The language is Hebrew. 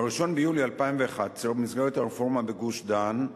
ב-1 ביולי 2011, במסגרת הרפורמה בגוש-דן,